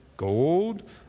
gold